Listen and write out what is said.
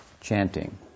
chanting